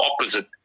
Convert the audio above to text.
opposite